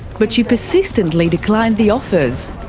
but she persistently declined the offers.